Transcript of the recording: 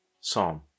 Psalm